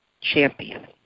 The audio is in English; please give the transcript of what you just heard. champion